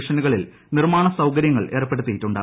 ഡിവിഷനുകളിൽ നിർമ്മാണ സൌകര്യങ്ങൾ ഏർപ്പെടുത്തിയിട്ടുണ്ട്